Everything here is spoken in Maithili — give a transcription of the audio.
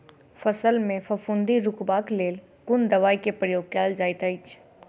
फसल मे फफूंदी रुकबाक लेल कुन दवाई केँ प्रयोग कैल जाइत अछि?